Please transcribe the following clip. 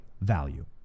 value